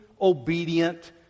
Obedient